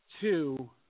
two